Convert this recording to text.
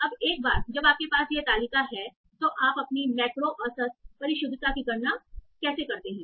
अब एक बार जब आपके पास यह तालिका है तो आप अपनी मैक्रो औसत परिशुद्धता की गणना कैसे करते हैं